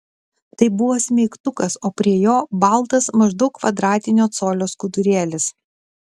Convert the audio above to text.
tai buvo smeigtukas o prie jo baltas maždaug kvadratinio colio skudurėlis